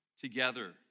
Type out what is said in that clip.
together